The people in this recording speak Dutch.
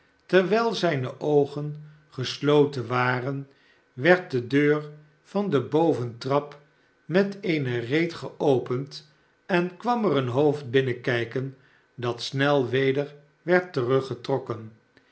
terwijl zijne oogen gesloten waren werd de deur van de boventrap met eene reet geopend en kwam er een hoofd binnenkijken dat snel weder werd teruggetrokken